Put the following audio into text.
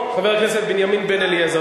חבר הכנסת בנימין בן-אליעזור.